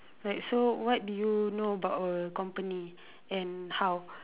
like so what do you know about our company and how